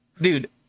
dude